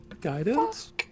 Guidance